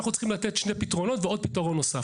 אנחנו צריכים לתת שני פתרונות ועוד פתרון נוסף.